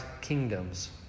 kingdoms